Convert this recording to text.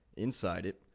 inside it,